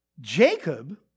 Jacob